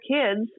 kids